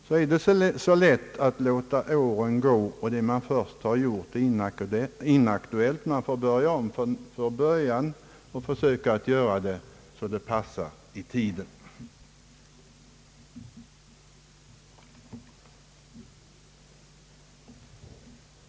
Då är det lätt att låta åren gå, vilket gör att man får börja om från början när man på nytt skall ta itu med det problem man tidigare sköt på framtiden.